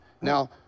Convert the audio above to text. Now